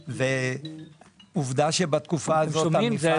ועובדה שבתקופה הזאת המפעל